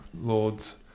Lords